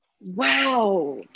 wow